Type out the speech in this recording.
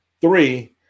Three